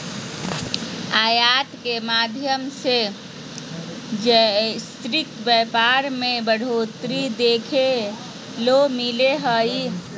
आयात के माध्यम से वैश्विक व्यापार मे बढ़ोतरी देखे ले मिलो हय